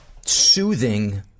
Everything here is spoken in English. soothing